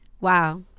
Wow